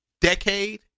decade